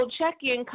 check-in